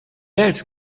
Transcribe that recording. else